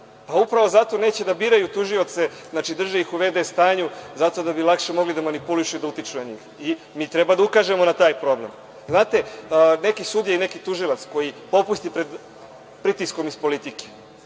Pa, upravo zato neće da biraju tužioce, drže ih u vd stanju zato da bi lakše mogli da manipulišu i da utiču na njih. Mi treba da ukažemo na taj problem. Znate, neki sudija i neki tužilac koji popusti pred pritiskom iz politike,